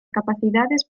capacidades